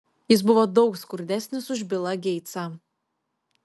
jis buvo daug skurdesnis už bilą geitsą